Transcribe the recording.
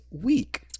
week